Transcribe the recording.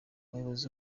umuyobozi